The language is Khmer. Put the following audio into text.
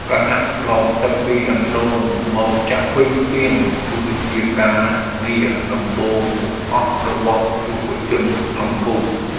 ការដងទឹកពីអណ្តូងមកចាក់ពេញពាង គឺជាការងារដំបូងបង្អស់របស់យុវជនក្នុងភូមិ។